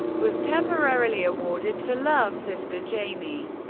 was temporarily awarded to love's sister, jaimee.